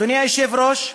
אדוני היושב-ראש,